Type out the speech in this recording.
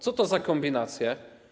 Co to za kombinacje?